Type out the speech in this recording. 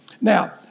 Now